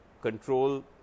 control